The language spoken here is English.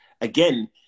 again